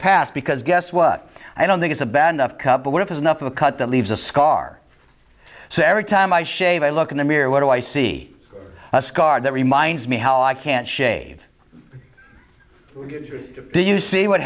past because guess what i don't think it's a bad enough cut but what if there's enough of a cut that leaves a scar so every time i shave i look in the mirror what do i see a scar that reminds me how i can't shave do you see what